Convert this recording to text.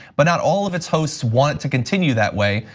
but not all of its hosts want to continue that way.